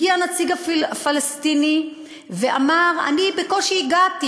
הגיע הנציג הפלסטיני ואמר: אני בקושי הגעתי.